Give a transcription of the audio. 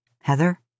Heather